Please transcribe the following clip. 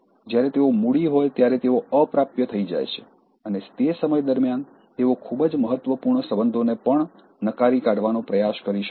જ્યારે તેઓ મૂડી હોય ત્યારે તેઓ અપ્રાપ્ય થઈ જાય છે અને તે સમય દરમ્યાન તેઓ ખૂબ જ મહત્વપૂર્ણ સંબંધોને પણ નકારી કાઢવાનો પ્રયાસ કરી શકે છે